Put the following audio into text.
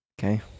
Okay